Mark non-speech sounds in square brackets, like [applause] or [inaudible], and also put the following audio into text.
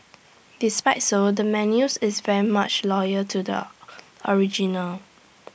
[noise] despite so the menus is very much loyal to the [noise] original